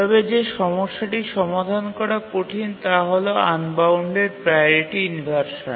তবে যে সমস্যাটি সমাধান করা কঠিন তা হল আনবাউন্ডেড প্রাওরিটি ইনভারসান